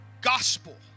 gospel